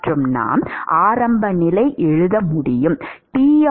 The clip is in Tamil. மற்றும் நாம் ஆரம்ப நிலை எழுத முடியும்Tx0Ti